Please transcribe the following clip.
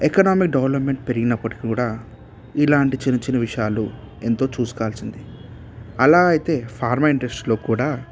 economic development పెరిగినప్పటికి కూడా ఇలాంటి చిన్న చిన్న విషయాలు ఎంతో చూసుకోవాల్సిందే అలా అయితే ఫార్మా ఇండస్ట్రీలో కూడా